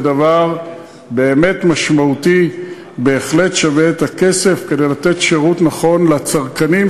וזה דבר באמת משמעותי ובהחלט שווה את הכסף כדי לתת שירות נכון לצרכנים,